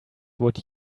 would